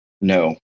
No